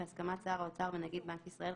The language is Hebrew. בהסכמת שר האוצר ונגיד בנק ישראל,